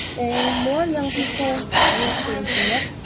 and more young people use the internet,